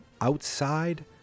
outside